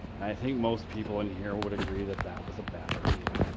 i think most people in here would agree that that was a bad idea.